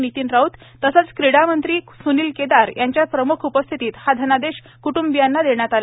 नितीन राऊत आणि क्रीडामंत्री स्नील केदार यांच्या प्रम्ख उपस्थितीत हा धनादेश क्ट्ंबियांना देण्यात आला